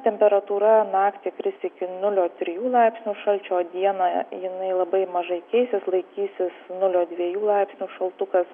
temperatūra naktį kris iki nulio trijų laipsnių šalčio o dieną jinai labai mažai keisis laikysis nulio dviejų laipsnių šaltukas